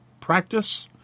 practice